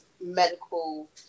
medical